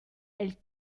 elle